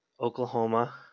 Oklahoma